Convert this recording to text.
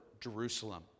Jerusalem